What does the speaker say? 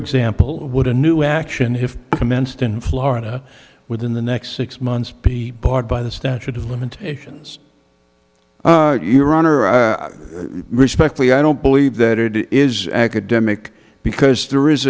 example would a new action if commenced in florida within the next six months be barred by the statute of limitations iran or respectfully i don't believe that it is academic because there is